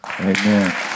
Amen